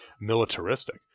militaristic